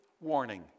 warning